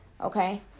okay